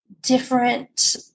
different